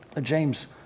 James